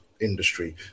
industry